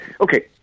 okay